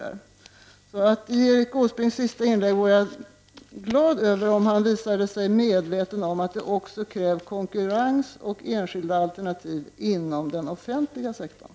Jag vore glad om Erik Åsbrink i sitt sista inlägg visade sig vara medveten om att det också krävs konkurrens och enskilda alternativ inom den offentliga sektorn.